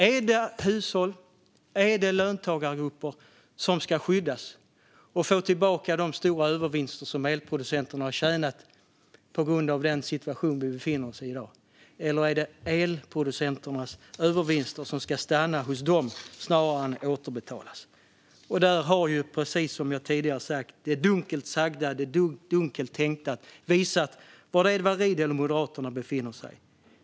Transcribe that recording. Är det hushåll och löntagargrupper som ska skyddas och få tillbaka de stora övervinster som elproducenterna har tjänat på grund av den situation som vi befinner oss i dag, eller är det elproducenternas övervinster som ska stanna hos dem snarare än återbetalas? Där har det - precis som jag tidigare sagt om att det dunkelt sagda är det dunkelt tänkta - visat sig var Edward Riedl och Moderaterna befinner sig.